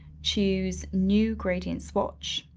choose new gradient swatch.